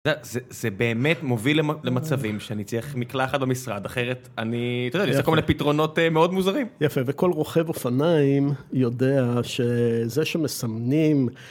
זה באמת מוביל למצבים, שאני צריך מקלחת במשרד, אחרת אני... אתה יודע, יש לי כל מיני פתרונות מאוד מוזרים. יפה, וכל רוכב אופניים יודע שזה שמסמנים...